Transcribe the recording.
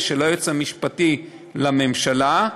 ושל היועץ המשפטי לממשלה,